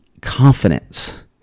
confidence